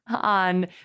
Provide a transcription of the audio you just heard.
on